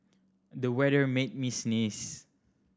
the weather made me sneeze